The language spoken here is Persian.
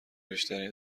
بیشتری